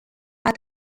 are